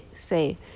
say